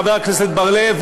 חבר הכנסת בר-לב,